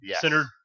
centered